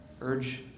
urge